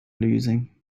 losing